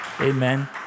Amen